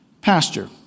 pasture